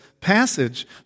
passage